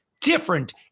different